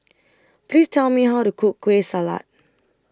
Please Tell Me How to Cook Kueh Salat